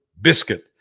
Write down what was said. biscuit